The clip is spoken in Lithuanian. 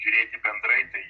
žiūrėti bendrai tai